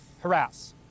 harass